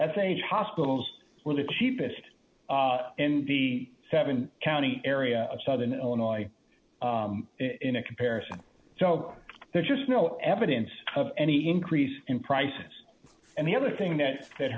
as age hospitals were the cheapest in the seven county area of southern illinois in a comparison so there's just no evidence of any increase in prices and the other thing that that